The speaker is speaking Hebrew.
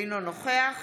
אינו נוכח